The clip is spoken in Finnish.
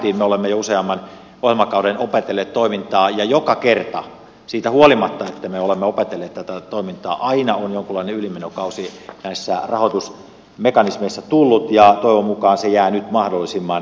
me olemme jo useamman ohjelmakauden opetelleet toimintaa ja joka kerta siitä huolimatta että me olemme opetelleet tätä toimintaa on jonkunlainen ylimenokausi näissä rahoitusmekanismeissa tullut ja toivon mukaan se jää nyt mahdollisimman lyhyeksi